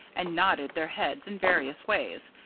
and nodded their heads in various ways.